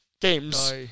Games